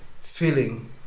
feeling